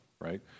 right